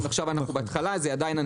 אנחנו רק בהתחלה עכשיו.